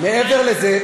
מעבר לזה,